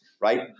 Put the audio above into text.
right